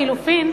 לחלופין,